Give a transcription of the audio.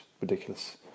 ridiculous